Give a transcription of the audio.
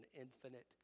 infinite